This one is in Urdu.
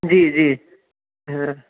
جی جی ہاں